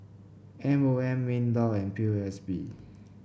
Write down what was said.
M O M Minlaw and P O S B